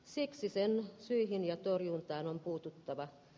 siksi sen syihin ja torjuntaan on puututtava